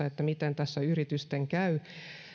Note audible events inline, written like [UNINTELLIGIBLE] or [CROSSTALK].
[UNINTELLIGIBLE] että miten tässä yritysten käy